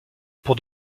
pour